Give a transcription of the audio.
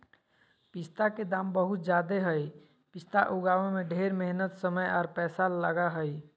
पिस्ता के दाम बहुत ज़्यादे हई पिस्ता उगाबे में ढेर मेहनत समय आर पैसा लगा हई